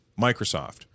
Microsoft